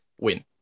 Win